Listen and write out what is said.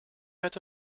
met